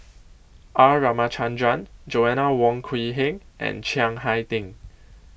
R Ramachandran Joanna Wong Quee Heng and Chiang Hai Ding